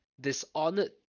Dishonored